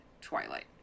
Twilight